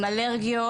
עם אלרגיות,